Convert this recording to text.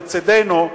לצדנו,